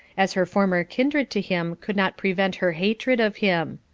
as her former kindred to him could not prevent her hatred of him.